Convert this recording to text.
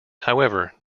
however